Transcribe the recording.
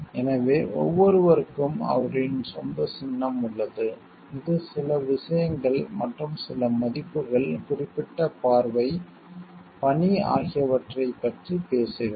எனவே ஒவ்வொருவருக்கும் அவர்களின் சொந்த சின்னம் உள்ளது இது சில விஷயங்கள் மற்றும் சில மதிப்புகள் குறிப்பிட்ட பார்வை பணி ஆகியவற்றைப் பற்றி பேசுகிறது